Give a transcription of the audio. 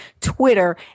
Twitter